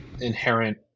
inherent